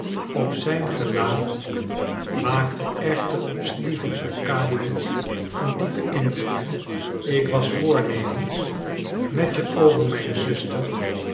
op zijn gelaat maakte echter op stipan arkadiewitsch een diepen indruk ik was voornemens met je over mijn zuster